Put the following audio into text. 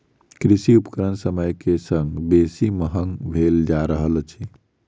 कृषि उपकरण समय के संग बेसी महग भेल जा रहल अछि